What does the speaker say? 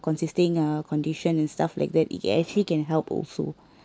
consisting a condition and stuff like that it actually can help also